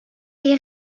les